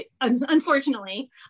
unfortunately